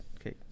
Okay